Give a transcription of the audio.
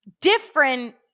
different